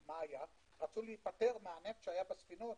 - רצו להיפטר מהנפט שהיה בספינות,